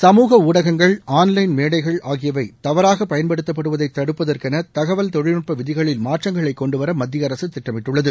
சமூக ஊடகங்கள் ஆள் லைள் மேடைகள் ஆகியவை தவறாக பயன்படுத்தப்படுவதை தடுப்பதற்கென தகவல் தொழில்நுட்ப விதிகளில் மாற்றங்களை கொண்டு வர மத்திய அரசு திட்டமிட்டுள்ளது